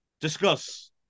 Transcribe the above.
Discuss